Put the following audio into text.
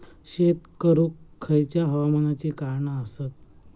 शेत करुक खयच्या हवामानाची कारणा आसत?